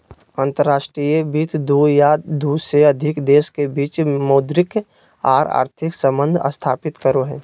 अंतर्राष्ट्रीय वित्त दू या दू से अधिक देश के बीच मौद्रिक आर आर्थिक सम्बंध स्थापित करो हय